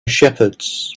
shepherds